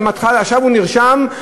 עכשיו הוא נרשם,